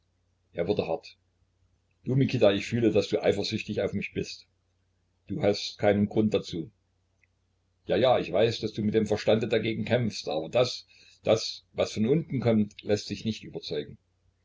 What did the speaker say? er wurde hart du mikita ich fühle daß du eifersüchtig auf mich bist du hast keinen grund dazu ja ja ich weiß daß du mit dem verstande dagegen kämpfst aber das das was von unten kommt läßt sich nicht überzeugen